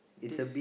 this